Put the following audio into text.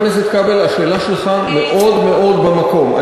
חבר הכנסת כבל, השאלה שלך מאוד מאוד במקום.